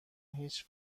هیچ